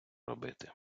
робити